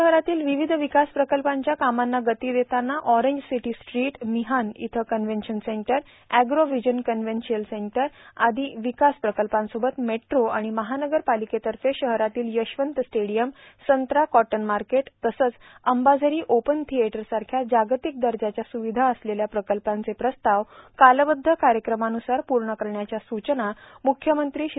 शहरातील विविध विकास प्रकल्पांच्या कामांना गती देताना ऑरेंज सिटी स्ट्रीट मिहान इथं कन्व्हेव्शन सेंटर एग्रो व्हिजन कन्व्हेव्शियल सेंटर आदी विकास प्रकल्पासोबत मेट्रो आणि महानगरपालिकेतर्फे शहरातील यशवंत स्टेडियम संत्रा कॉटन मार्केट तसंच अंबाझरी ओपन थिएटरसारख्या जागतिक दर्जाच्या सुविधा असलेल्या प्रकल्पांचे प्रस्ताव कालबद्ध कार्यक्रमानुसार पूर्ण करण्याच्या सूचना मुख्यमंत्री श्री